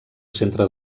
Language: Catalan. centre